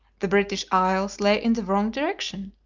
the british isles lay in the wrong direction,